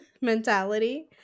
mentality